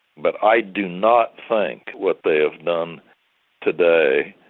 but i do not think what they have done today,